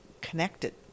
connected